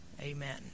Amen